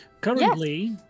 currently